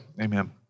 Amen